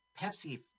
pepsi